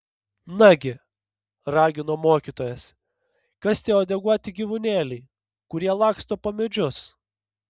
nagi ragino mokytojas kas tie uodeguoti gyvūnėliai kurie laksto po medžius